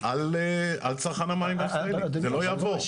על צרכן המים בישראל, זה לא יעבור.